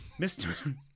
Mr